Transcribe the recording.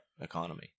economy